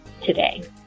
today